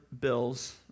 bills